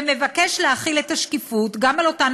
ומבקש להחיל את השקיפות גם על אותן